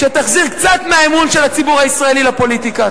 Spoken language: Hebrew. שתחזיר קצת מהאמון של הציבור הישראלי לפוליטיקה.